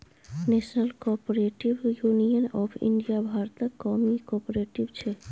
national cooperative union of India भारतक नामी cooperative छै